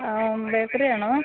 ആ ഓ ബേക്കറിയാണോ